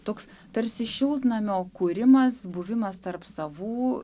toks tarsi šiltnamio kūrimas buvimas tarp savų